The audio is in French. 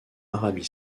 arabie